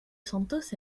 santos